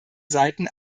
seiten